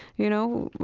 you know,